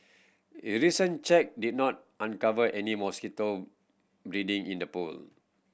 recent check did not uncover any mosquito breeding in the pool